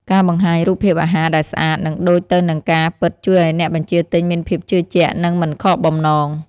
ការបង្ហាញរូបភាពអាហារដែលស្អាត និងដូចទៅនឹងការពិតជួយឱ្យអ្នកបញ្ជាទិញមានភាពជឿជាក់ និងមិនខកបំណង។